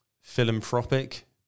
philanthropic